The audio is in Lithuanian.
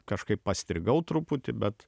kažkaip pastrigau truputį bet